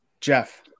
Jeff